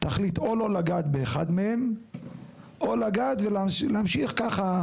תחליט או לא לגעת באחד מהם או לגעת ולהמשיך ככה,